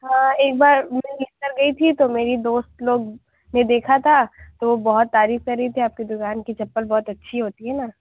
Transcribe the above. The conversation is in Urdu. ہاں ایک بار میں لے کر گئی تھی تو میری دوست لوگ نے دیکھا تھا تو وہ بہت تعریف کر رہی تھی آپ کی دُکان کی چپل بہت اچھی ہوتی ہے نا